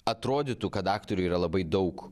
atrodytų kad aktorių yra labai daug